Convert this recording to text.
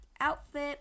outfit